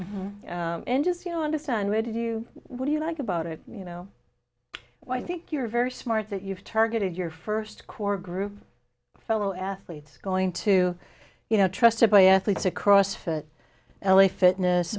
you and just you know understand where did you what do you like about it you know well i think you're very smart that you've targeted your first core group of fellow athletes going to you know trusted by athletes across for l a fitness